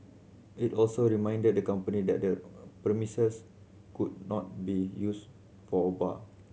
it also reminded the company that the premises could not be used for a bar